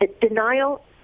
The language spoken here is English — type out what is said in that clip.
denial